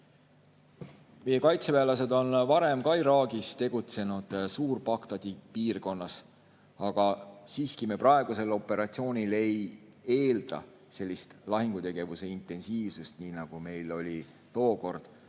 Meie kaitseväelased on varem ka Iraagis tegutsenud Suur-Bagdadi piirkonnas. Aga me praegusel operatsioonil ei eelda sellist lahingutegevuse intensiivsust, nii nagu oli tookord